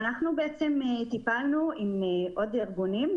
אנחנו בעצם טיפלנו עם עוד ארגונים,